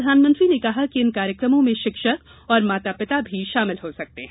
प्रधानमंत्री ने कहा कि इन कार्यक्रमों में शिक्षक और माता पिता भी शामिल हो सकते हैं